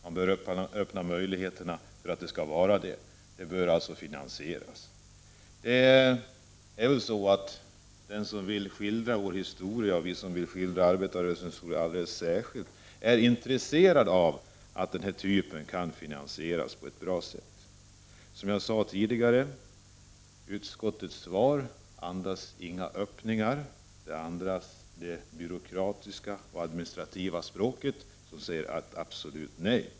Vi bör lämna möjligheter för det. Det bör alltså finansieras med statliga medel. Den som vill skildra vår historia och alldeles särskilt vi som vill skildra arbetarrörelsens historia är intresserade av att den här typen av museer kan finansieras på ett bra sätt. Som jag sade tidigare andas utskottets betänkande ingen lösning utan det andas det byråkratiska och administrativa språk som säger absolut nej.